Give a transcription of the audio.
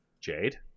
Jade